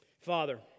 Father